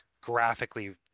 graphically